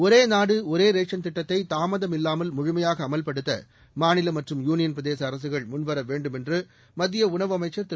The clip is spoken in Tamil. ஒரே நாடு ஒரே ரேஷன் திட்டத்தை தாமதமில்லாமல் முழுமையாக அமல்படுத்த மாநில மற்றும் யூனியன் பிரதேச அரசுகள் முன்வர வேண்டும் என்று மத்திய உணவு அமைச்சர் திரு